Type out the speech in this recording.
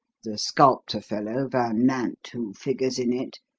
the sculptor fellow, van nant, who figures in it,